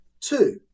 Two